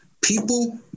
people